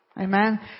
Amen